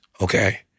okay